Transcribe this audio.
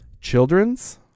children's